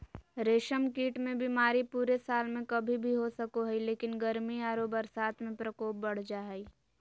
रेशम कीट मे बीमारी पूरे साल में कभी भी हो सको हई, लेकिन गर्मी आरो बरसात में प्रकोप बढ़ जा हई